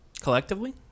Collectively